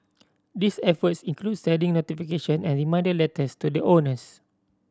these efforts include sending notification and reminder letters to the owners